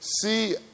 See